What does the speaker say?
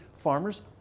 Farmers